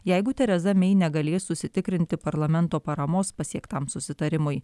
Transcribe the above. jeigu tereza mei negalės užsitikrinti parlamento paramos pasiektam susitarimui